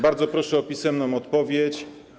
Bardzo proszę o pisemną odpowiedź.